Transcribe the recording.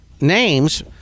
names